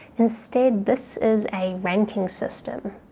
instead this is a ranking system.